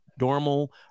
normal